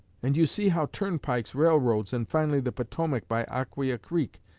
and you see how turnpikes, railroads, and finally the potomac by aquia creek,